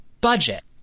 budget